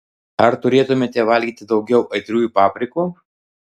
ar turėtumėte valgyti daugiau aitriųjų paprikų